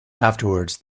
afterwards